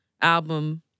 album